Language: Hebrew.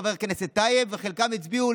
עם הפסקת חברותם בכנסת של חברי הכנסת הבאים,